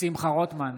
שמחה רוטמן,